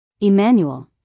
Emmanuel